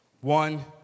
One